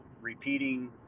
repeating